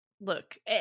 look